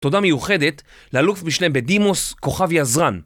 תודה מיוחדת לאלוף משנה בדימוס כוכב יזרן